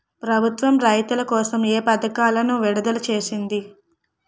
ప్రభుత్వం రైతుల కోసం ఏ పథకాలను విడుదల చేసింది?